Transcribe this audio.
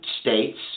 states